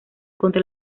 contra